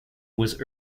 was